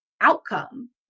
outcome